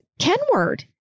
Kenward